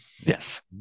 yes